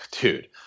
dude